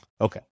Okay